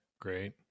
Great